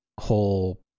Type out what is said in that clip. whole